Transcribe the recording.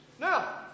Now